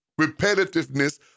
repetitiveness